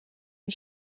une